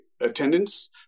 attendance